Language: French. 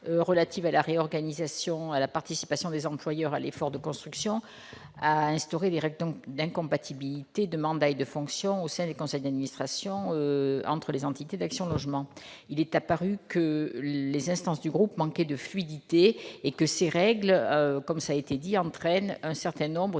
relative à la réorganisation de la collecte de la participation des employeurs à l'effort de construction a instauré des règles d'incompatibilité de mandats et de fonctions au sein des conseils d'administration entre les entités d'Action Logement. Il est apparu que les instances du groupe manquaient de fluidité et que ces règles entraînaient un certain nombre de